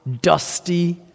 dusty